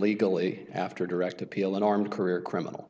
legally after direct appeal unarmed career criminal